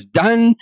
done